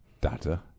Data